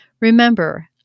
Remember